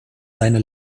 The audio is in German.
seine